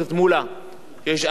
שיש הרבה מאוד מלל,